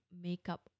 makeup